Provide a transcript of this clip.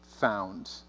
found